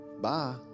bye